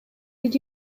did